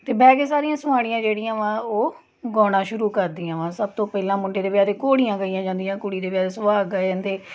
ਅਤੇ ਬਹਿ ਕੇ ਸਾਰੀਆਂ ਸੁਹਾਣੀਆਂ ਜਿਹੜੀਆਂ ਵਾ ਉਹ ਗਾਉਣਾ ਸ਼ੁਰੂ ਕਰਦੀਆਂ ਵਾ ਸਭ ਤੋਂ ਪਹਿਲਾਂ ਮੁੰਡੇ ਦੇ ਵਿਆਹ 'ਤੇ ਘੋੜੀਆਂ ਗਾਈਆਂ ਜਾਂਦੀਆਂ ਕੁੜੀ ਦੇ ਵਿਆਹ ਸੁਹਾਗ ਗਏ ਜਾਂਦੇ